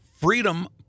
freedom